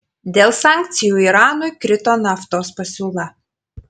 dėl sankcijų iranui krito naftos pasiūla